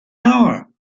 hour